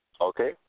okay